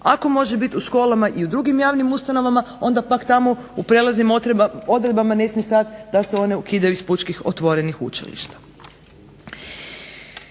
Ako može biti u školama i u drugim javnim ustanovama onda pak tamo u prijelaznim odredbama ne smije stajati da se one ukidaju s pučkih otvorenih učilišta.